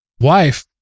wife